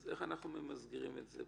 אז איך אנחנו ממסגרים את זה?